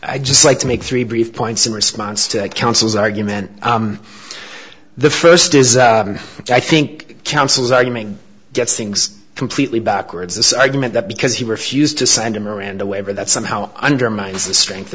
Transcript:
i'd just like to make three brief points in response to counsel's argument the first is i think counsel's argument gets things completely backwards this argument that because he refused to sign the miranda waiver that somehow undermines the strength